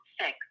six